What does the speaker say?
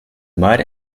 mud